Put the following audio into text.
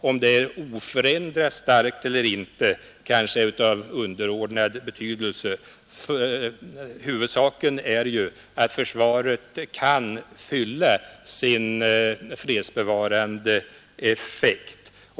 Om det är oförändrat starkt eller inte kanske är av underordnad betydelse; huvudsaken är ju att försvaret kan fylla sin fredsbevarande uppgift.